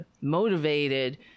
motivated